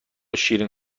شیرین